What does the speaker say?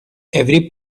every